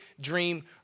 dream